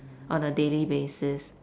on a daily basis